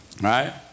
right